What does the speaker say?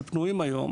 שפנויים היום,